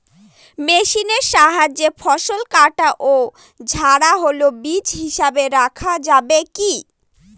মেশিনের সাহায্যে ফসল কাটা ও ঝাড়াই হলে বীজ হিসাবে রাখা যাবে কি?